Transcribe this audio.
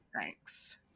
thanks